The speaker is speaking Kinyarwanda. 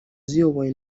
ziyobowe